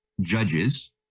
judges